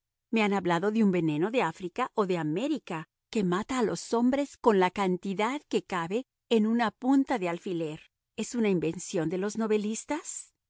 me han hablado de un veneno de africa o de américa que mata a los hombres con la cantidad que cabe en una punta de alfiler es una invención de los novelistas